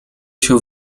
się